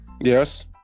Yes